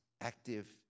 active